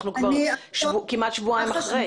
אנחנו כבר כמעט שבועיים אחרי.